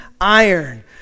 iron